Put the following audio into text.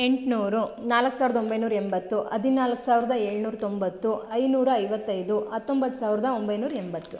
ಎಂಟುನೂರು ನಾಲ್ಕು ಸಾವಿರ್ದ ಒಂಬೈನೂರ ಎಂಬತ್ತು ಹದಿನಾಲ್ಕು ಸಾವಿರ್ದ ಏಳುನೂರಾ ತೊಂಬತ್ತು ಐದು ನೂರಾ ಐವತೈದು ಹತೊಂಬತ್ತು ಸಾವಿರ್ದ ಒಂಬೈನೂರ ಎಂಬತ್ತು